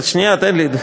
שנייה, תן לי.